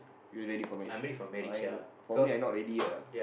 you're ready for marriage fine for me I not ready yet lah